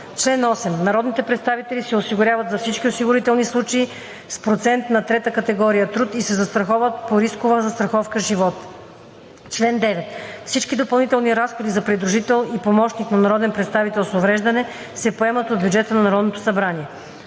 Чл. 8. Народните представители се осигуряват за всички осигурителни случаи с процент на трета категория труд и се застраховат по рискова застраховка „Живот“. Чл. 9. Всички допълнителни разходи за придружител и помощник на народен представител с увреждане се поемат от бюджета на Народното събрание.